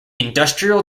industrial